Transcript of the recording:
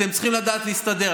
אתם צריכים לדעת להסתדר.